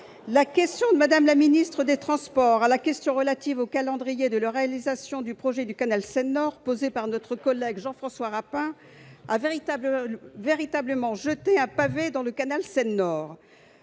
La réponse de Mme la ministre des transports à la question relative au calendrier de réalisation du projet du canal Seine Nord, posée par notre collègue Jean-François Rapin, a véritablement jeté un « pavé dans le canal Seine Nord